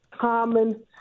common